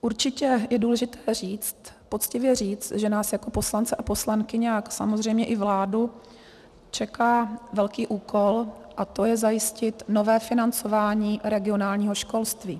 Určitě je důležité říct, poctivě říct, že nás jako poslance a poslankyně a samozřejmě i vládu čeká velký úkol, a to je zajistit nové financování regionálního školství.